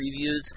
previews